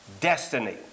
destiny